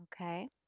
okay